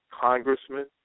congressmen